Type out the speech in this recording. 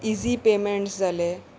easy payment जाले